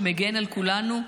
שמגן על כולנו,